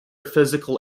physical